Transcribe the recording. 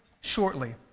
shortly